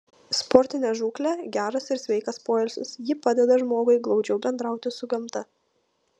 sportinė žūklė geras ir sveikas poilsis ji padeda žmogui glaudžiau bendrauti su gamta